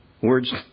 Words